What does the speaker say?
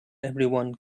everyone